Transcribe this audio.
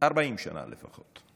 40 שנה לפחות,